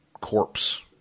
corpse